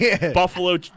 Buffalo